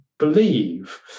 believe